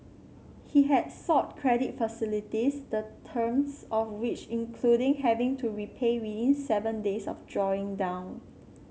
he had sought credit facilities the terms of which including having to repay within seven days of drawing down